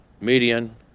median